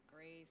Grace